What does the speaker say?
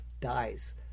dies